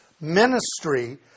ministry